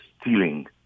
stealing